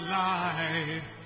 life